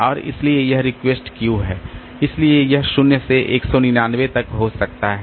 और इसलिए यह रिक्वेस्ट क्यू है इसलिए यह 0 से 199 तक हो सकता है